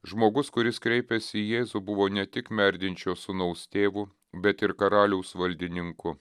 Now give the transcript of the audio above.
žmogus kuris kreipėsi į jėzų buvo ne tik merdinčio sūnaus tėvu bet ir karaliaus valdininku